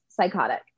psychotic